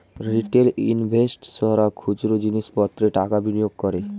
retail ইনভেস্টর্সরা খুচরো জিনিস পত্রে টাকা বিনিয়োগ করে